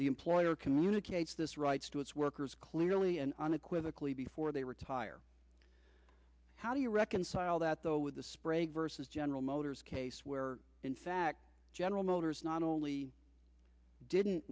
the employer communicates this rights to its workers clearly and unequivocally before they retire how do you reconcile that though with the sprague vs general motors case where in fact general motors not only didn't